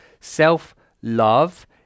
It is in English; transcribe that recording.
self-love